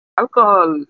alcohol